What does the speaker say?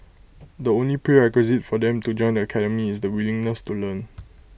the only prerequisite for them to join the academy is the willingness to learn